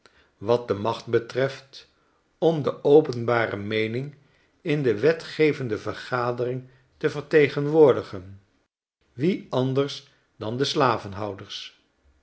wat de macht betreft om de openbare meening in de wetgevende vergadering te vertegenwoordigen wie anders dan de